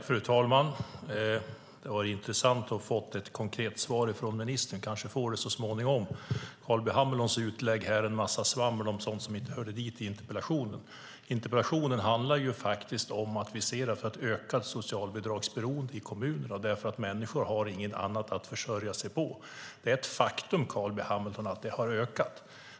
Fru talman! Det hade varit intressant att få ett konkret svar från ministern; vi kanske får det så småningom. Carl B Hamiltons inlägg var en massa svammel om sådant som inte hör till interpellationen. Interpellationen handlar om att vi ser ett ökat socialbidragsberoende i kommunerna därför att människor inte har något annat att försörja sig på. Det är ett faktum att det har ökat, Carl B Hamilton.